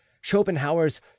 schopenhauer's